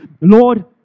Lord